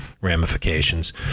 ramifications